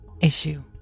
issue